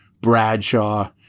Bradshaw